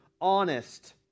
honest